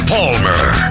Palmer